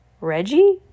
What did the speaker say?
Reggie